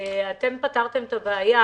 אתם פתרתם את הבעיה,